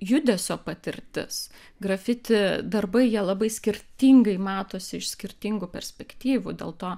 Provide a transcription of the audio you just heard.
judesio patirtis grafiti darbai jie labai skirtingai matosi iš skirtingų perspektyvų dėl to